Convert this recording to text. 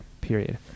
period